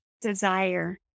desire